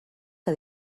que